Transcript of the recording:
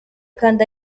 kandi